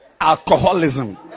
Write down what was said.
alcoholism